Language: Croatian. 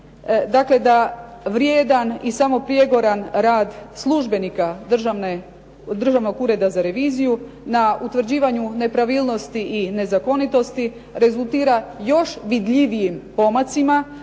dakle da vrijedan i samoprijegoran rad službenika Državnog ureda za reviziju na utvrđivanju nepravilnosti i nezakonitosti rezultira još vidljivijim pomacima,